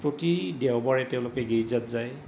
প্ৰতি দেওবাৰে তেওঁলোকে গীৰ্জাত যায়